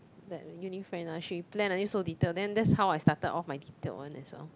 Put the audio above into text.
that uni friend ah she plan until so detailed then that's how I started off my detailed one as well